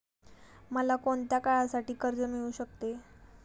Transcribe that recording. मला कोणत्या काळासाठी कर्ज मिळू शकते?